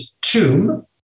tomb